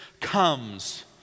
comes